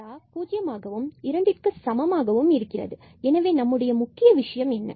lambda 0 ஆகவும் இரண்டிற்கு சமமாகவும் இருக்கிறது எனவே நம்முடைய முக்கிய விஷயம் என்ன